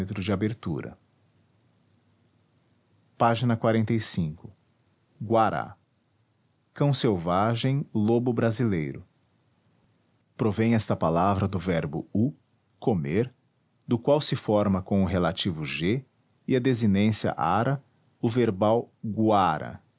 diâmetro de abertura ág uará ão selvagem lobo brasileiro provém esta palavra do verbo u comer do qual se forma com o relativo g e a desinência ara o verbal